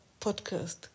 podcast